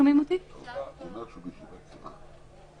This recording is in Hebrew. תכף נקרא וגם עם קנסות קצובים בצידם,